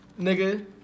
nigga